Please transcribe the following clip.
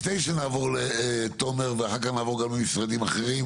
לפני שנעבור לתומר ואחר כך נעבור גם למשרדים אחרים,